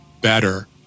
better